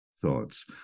thoughts